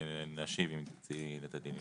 אני אשמח להשיב, אם תרצי לתת לי.